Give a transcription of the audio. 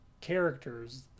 characters